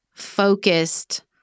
focused